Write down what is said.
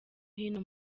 hino